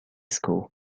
school